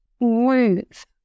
move